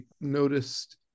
noticed